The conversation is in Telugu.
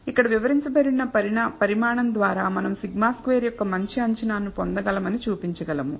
ఇక్కడ వివరించబడిన పరిమాణం ద్వారా మనం σ2 యొక్క మంచి అంచనాను పొందగలమని చూపించగలము